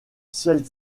celles